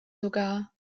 sogar